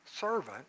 servant